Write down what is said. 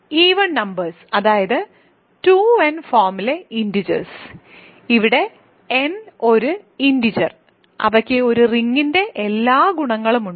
even numbers അതായത് 2n ഫോമിലെ integers ഇവിടെ n ഒരു ഇന്റിജെർ അവയ്ക്ക് ഒരു റിങ്ങിന്റെ എല്ലാ ഗുണങ്ങളും ഉണ്ട്